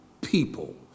people